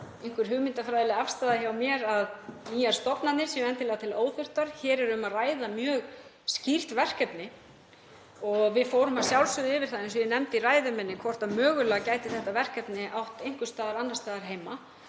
einhver hugmyndafræðileg afstaða hjá mér að nýjar stofnanir séu endilega til óþurftar. Hér er um að ræða mjög skýrt verkefni. Við fórum að sjálfsögðu yfir það, eins og ég nefndi í ræðu minni, hvort mögulega gæti þetta verkefni átt heima einhvers staðar annars staðar en